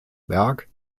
werk